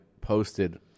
posted